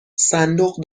صندوق